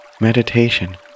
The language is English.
Meditation